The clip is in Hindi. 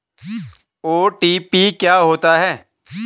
ओ.टी.पी क्या होता है?